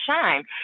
shine